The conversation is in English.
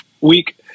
week